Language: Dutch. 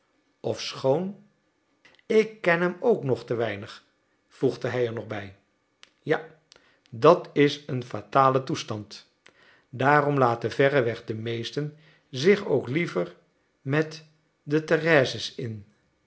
ofschoon ik ken hem ook nog te weinig voegde hij er nog bij ja dat is een fatale toestand daarom laten verreweg de meesten zich ook liever met de thérèse's in